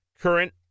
current